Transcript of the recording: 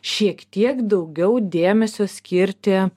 šiek tiek daugiau dėmesio skirti